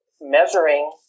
measuring